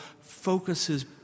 focuses